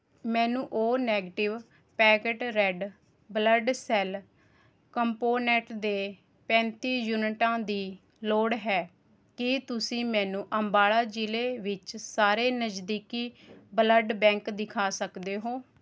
ਮੈਨੂੰ O negative packed red blood cell component ਦੇ ਪੈਂਤੀ ਯੂਨਿਟਾਂ ਦੀ ਲੋੜ ਹੈ ਕੀ ਤੁਸੀਂ ਮੈਨੂੰ ਅੰਬਾਲਾ ਜ਼ਿਲ੍ਹੇ ਵਿੱਚ ਸਾਰੇ ਨਜ਼ਦੀਕੀ ਬਲੱਡ ਬੈਂਕ ਦਿਖਾ ਸਕਦੇ ਹੋ